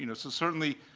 you know so certainly,